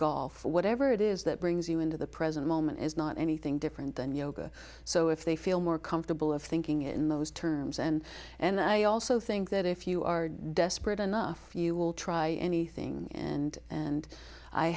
or whatever it is that brings you into the present moment is not anything different than yoga so if they feel more comfortable of thinking in those terms and and i also think that if you are desperate enough you will try anything and and i